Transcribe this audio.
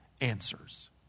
answers